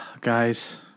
Guys